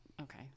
okay